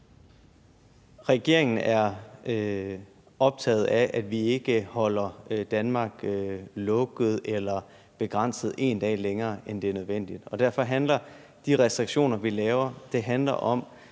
Regeringen optaget af, at vi ikke holder Danmark lukket eller begrænset en dag længere, end det er nødvendigt, og derfor handler de restriktioner, vi laver, om